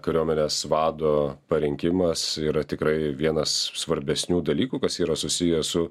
kariuomenės vado parinkimas yra tikrai vienas svarbesnių dalykų kas yra susiję su